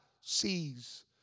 sees